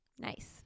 Nice